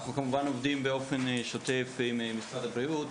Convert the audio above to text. אנחנו כמובן עובדים באופן שוטף עם משרד הבריאות,